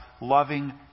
loving